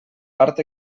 part